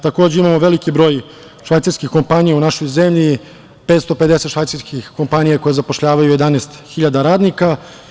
Takođe, imamo veliki broj švajcarskih kompanija u našoj zemlji, 550 švajcarskih kompanija koje zapošljavaju 11 hiljada radnika.